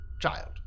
Child